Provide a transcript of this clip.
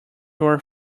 were